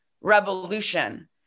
revolution